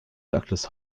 douglas